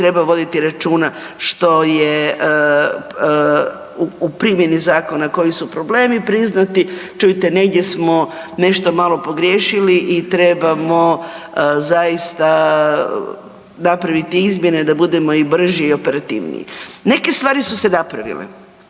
treba voditi računa što je u primjeni zakona koji su problemi priznati, čujte negdje smo nešto malo pogriješili i trebamo zaista napraviti izmjene da budemo i brži i operativniji. Neke stvari su se napravile,